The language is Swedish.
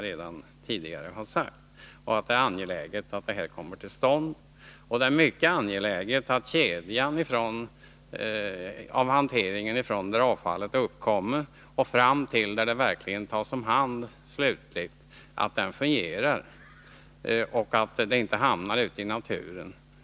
Det är angeläget att en sådan anläggning kommer till stånd, och det är mycket angeläget att hanteringskedjan från det stadium där avfallet uppkommer fram till det där det tas om hand slutligt verkligen fungerar, så att avfallet inte hamnar ute i naturen.